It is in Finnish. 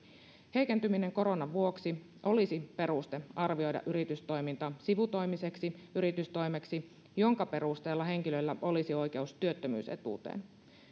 heikentyminen koronan vuoksi olisi peruste arvioida yritystoiminta sivutoimiseksi yritystoimeksi minkä perusteella henkilöllä olisi oikeus työttömyysetuuteen